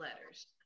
letters